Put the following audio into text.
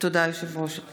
(קוראת בשמות חברי הכנסת)